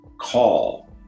call